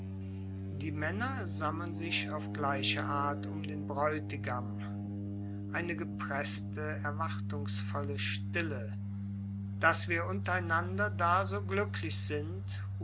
die männer sammeln sich auf gleiche art um den bräutigam eine gepreßte erwartungsvolle stille daß wir untereinander da so glücklich sind